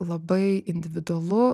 labai individualu